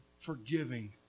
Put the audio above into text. forgiving